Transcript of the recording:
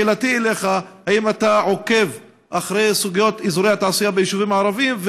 שאלתי אליך: האם אתה עוקב אחרי סוגיית אזורי התעשייה ביישובים הערביים,